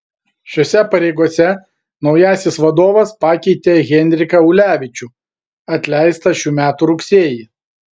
šiose pareigose naujasis vadovas pakeitė henriką ulevičių atleistą šių metų rugsėjį